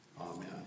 Amen